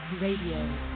Radio